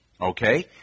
okay